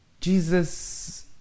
Jesus